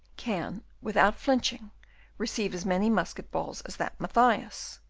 can without flinching receive as many musket-balls as that mathias.